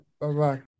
Bye-bye